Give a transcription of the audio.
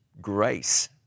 grace